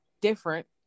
different